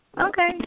Okay